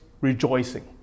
rejoicing